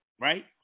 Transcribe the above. right